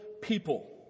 people